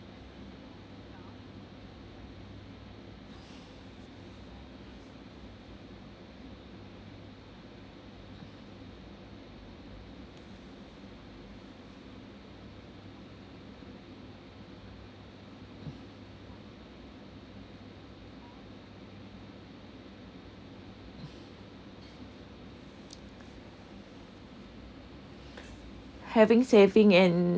having saving and